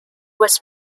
was